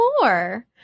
more